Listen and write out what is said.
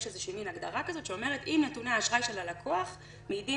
יש איזושהי מין הגדרה כזאת שאומרת אם נתוני האשראי של הלקוח מעידים